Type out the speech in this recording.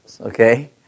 okay